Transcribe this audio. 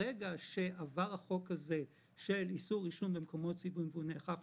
ברגע שעבר החוק של איסור עישון במקומות ציבוריים והוא נאכף,